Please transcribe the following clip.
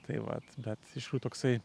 tai vat bet iš tikrųjų toksai